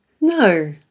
no